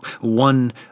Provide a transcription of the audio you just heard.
one